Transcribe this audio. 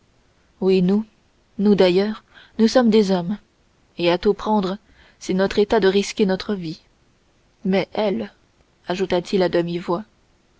oui nous nous d'ailleurs nous sommes des hommes et à tout prendre c'est notre état de risquer notre vie mais elle ajoutat il à